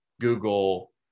Google